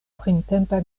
printempa